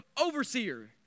overseer